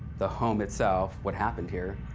the home itself, what happened here,